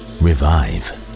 revive